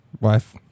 Wife